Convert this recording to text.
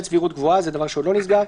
סבירות גבוהה" זה דבר שעוד לא נסגר,